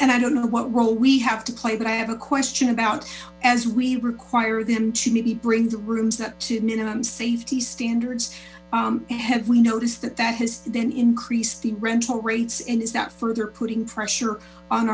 and i don't know what role we have to play but i have a question about as we require them to maybe bring the rooms up to minimum safety standards have we noticed that that has then increased the rental rates and is that further putting pressure on